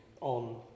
on